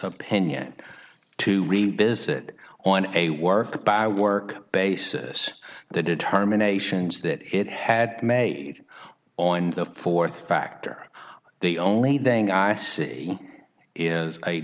opinion to revisit on a work by work basis the determinations that it had made on the fourth factor the only thing i see is a